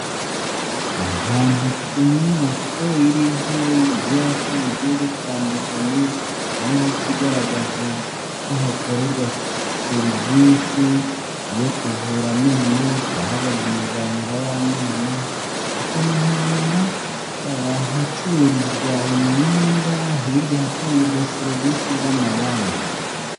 Ahantu ku nyubako iriho'ibyapa bigiye bitandukanye, hariho ikigaragaza ko hakorerwa serivisi yo kuvura amenyo, turahabona muganga w'amenyo, tukanahabona ahacururizwa imyenda, hirya ahatangirwa serivisi z'amabanki.